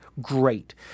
great